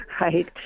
right